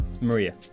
Maria